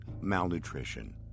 malnutrition